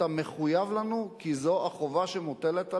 אתה מחויב לנו כי זו החובה שמוטלת עליך.